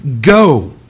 go